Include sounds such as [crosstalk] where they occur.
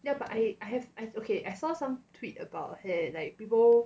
ya but I I have I have okay I saw some tweet about [noise] like people